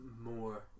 more